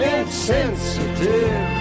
insensitive